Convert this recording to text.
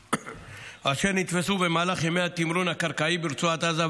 אשר נתפסו במהלך ימי התמרון הקרקעי ברצועת עזה,